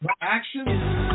action